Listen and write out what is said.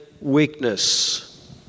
weakness